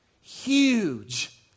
huge